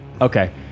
Okay